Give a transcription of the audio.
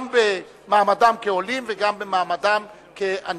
גם במעמדם כעולים וגם במעמדם כאנשי מדע.